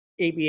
aba